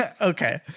Okay